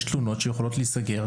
יש תלונות שיכולות להיסגר,